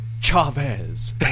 Chavez